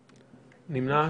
נמנעת.